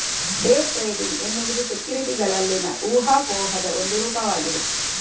day trading ಎನ್ನುವುದು ಸೆಕ್ಯುರಿಟಿಗಳಲ್ಲಿನ ಊಹಾಪೋಹದ ಒಂದು ರೂಪವಾಗಿದೆ